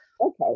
Okay